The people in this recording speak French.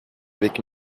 avec